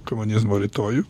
komunizmo rytojų